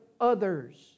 others